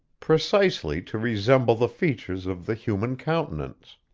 precisely to resemble the features of the human countenance.